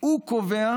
הוא קובע